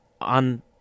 on